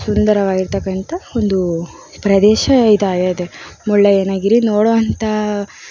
ಸುಂದರವಾಗಿರತಕ್ಕಂಥ ಒಂದು ಪ್ರದೇಶ ಇದಾಗಿದೆ ಮುಳ್ಳಯ್ಯನಗಿರಿ ನೋಡುವಂಥ